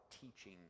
teaching